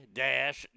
dash